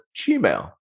Gmail